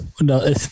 No